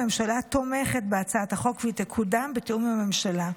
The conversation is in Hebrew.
הממשלה תומכת בהצעת החוק והיא תקודם בתיאום עם הממשלה.